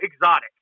Exotic